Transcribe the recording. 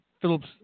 Phillips